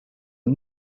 are